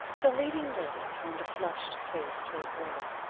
the leading lady turned a flushed face toward pearlie.